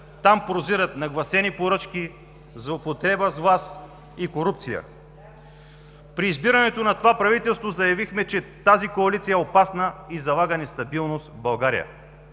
там прозират нагласени поръчки, злоупотреба с власт и корупция. При избирането на това правителство заявихме, че тази коалиция е опасна и залага нестабилност в България.